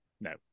No